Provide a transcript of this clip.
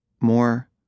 more